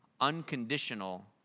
unconditional